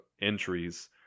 entries